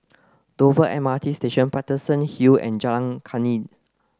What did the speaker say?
Dover M R T Station Paterson Hill and Jalan Kandis